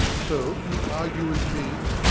so, you argue with me?